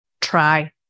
try